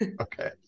Okay